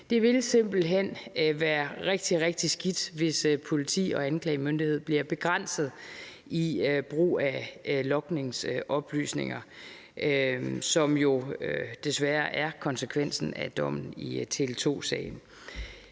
Det vil simpelt hen være rigtig, rigtig skidt, hvis politi og anklagemyndighed bliver begrænset i brug af logningsoplysninger, hvilket jo desværre er konsekvensen af dommen i Tele2-sagen.